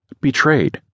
betrayed